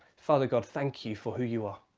father god, thank you for who you are.